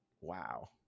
Wow